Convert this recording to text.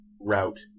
route